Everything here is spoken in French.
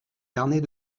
carnets